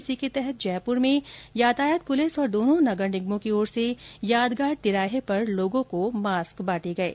इसी के तहत जयपुर में यातायात पुलिस और दोनों नगर निगमों की ओर से यादगार तिराहे पर लोगों को मास्क बांटे गये